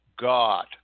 God